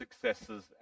successes